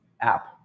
app